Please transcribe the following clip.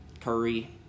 Curry